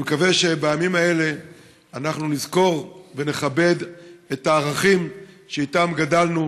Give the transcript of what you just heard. אני מקווה שבימים האלה אנחנו נזכור ונכבד את הערכים שאיתם גדלנו,